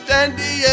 Dandy